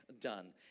done